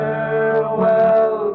Farewell